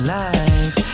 life